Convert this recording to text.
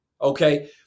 okay